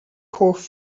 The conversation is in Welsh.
hoff